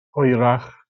hwyrach